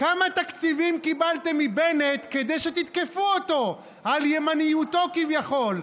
כמה תקציבים קיבלתם מבנט כדי שתתקפו אותו על ימניותו כביכול.